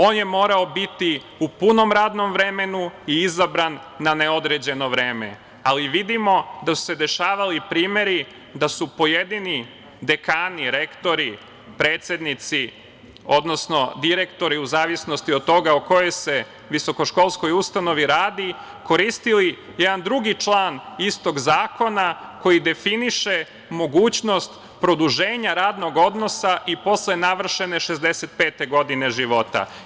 On je morao biti u punom radnom vremenu i izabran na neodređeno vreme, ali vidimo da su se dešavali primeri da su pojedini dekani, rektori, predsednici, odnosno, direktori u zavisnosti od toga o kojoj se visokoškolskoj ustanovi radi koristili jedan drugi član istog zakona koji definiše mogućnost produženja radnog odnosa i posle navršene 65 godine života.